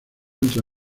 entre